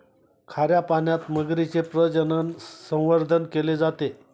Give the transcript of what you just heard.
खाऱ्या पाण्यात मगरीचे प्रजनन, संवर्धन केले जाते